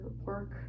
work